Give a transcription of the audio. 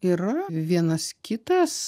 yra vienas kitas